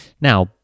Now